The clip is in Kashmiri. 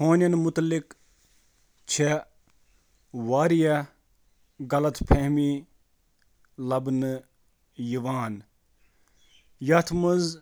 ڈولفن چھِ سمندری تھنہٕ دار جانور یِم ہوہَس منٛز